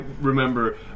remember